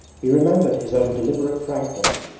he remembered his own deliberate frankness.